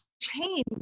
change